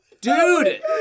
Dude